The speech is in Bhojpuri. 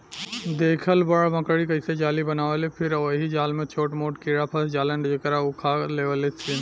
देखेल बड़ मकड़ी कइसे जाली बनावेलि फिर ओहि जाल में छोट मोट कीड़ा फस जालन जेकरा उ खा लेवेलिसन